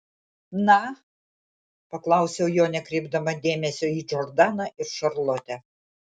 na paklausiau jo nekreipdama dėmesio į džordaną ir šarlotę